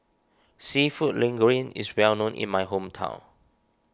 Seafood Linguine is well known in my hometown